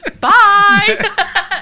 Bye